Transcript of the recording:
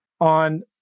on